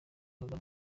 kagame